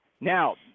Now –